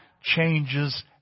changes